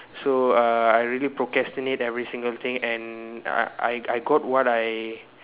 so uh I really procrastinate every single thing and uh I I got what I